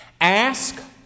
Ask